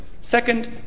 Second